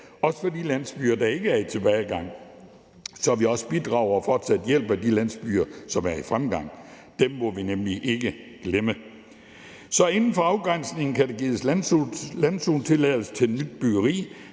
også for de landsbyer, der ikke er i tilbagegang, så vi også bidrager til og fortsat hjælper de landsbyer, som er i fremgang. Dem må vi nemlig ikke glemme. Så inden for afgrænsningen kan der gives landzonetilladelse til nyt byggeri